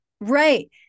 Right